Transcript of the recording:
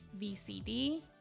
VCD